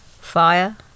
fire